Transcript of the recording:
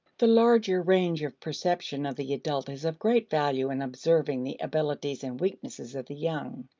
the larger range of perception of the adult is of great value in observing the abilities and weaknesses of the young,